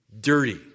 dirty